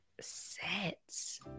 Sets